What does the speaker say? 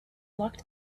locked